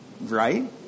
Right